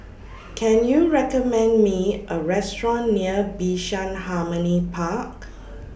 Can YOU recommend Me A Restaurant near Bishan Harmony Park